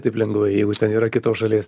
taip lengvai jeigu ten yra kitos šalies